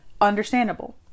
understandable